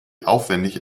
aufwendig